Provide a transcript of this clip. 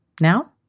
Now